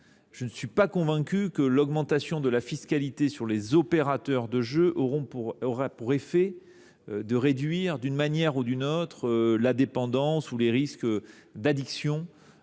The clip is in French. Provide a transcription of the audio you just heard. Je ne suis pas convaincu que l’augmentation de la fiscalité sur les opérateurs de jeu aura pour effet de réduire, d’une manière ou d’une autre, la dépendance ou les risques d’addiction